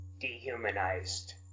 dehumanized